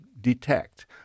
detect